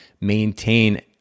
maintain